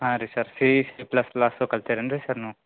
ಹಾಂ ರೀ sir C C plus plus ಕಲ್ತಿರಿ ಏನು ರೀ ಸರ್ ನೀವು